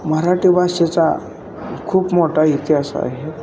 मराठी भाषेचा खूप मोठा इतिहास आहे